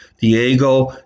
Diego